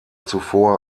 zuvor